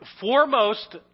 foremost